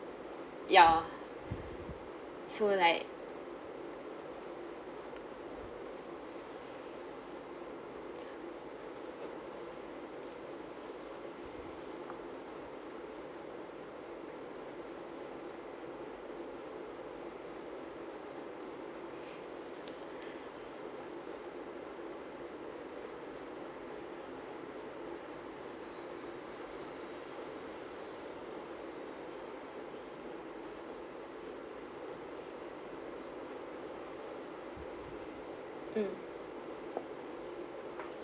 ya so like mm